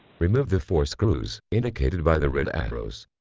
remove the four screws indicated by the red arrows